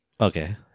Okay